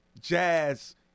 Jazz